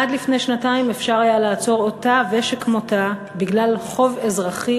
עד לפני שנתיים אפשר היה לעצור אותה ושכמותה בגלל חוב אזרחי